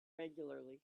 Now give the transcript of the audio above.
regularly